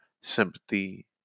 sympathy